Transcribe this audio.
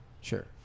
Sure